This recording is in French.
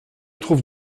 trouve